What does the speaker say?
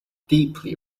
deeply